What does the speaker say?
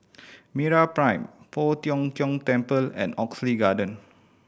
MeraPrime Poh Tiong Kiong Temple and Oxley Garden